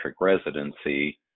residency